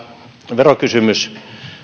verokysymys